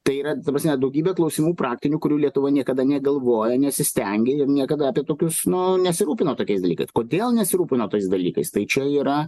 tai yra ta prasme daugybė klausimų praktinių kurių lietuva niekada negalvojo nesistengė ir niekada apie tokius nu nesirūpino tokiais dalykais kodėl nesirūpino tais dalykais tai čia yra